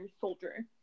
soldier